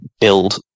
build